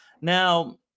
Now